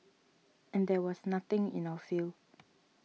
and there was nothing in our field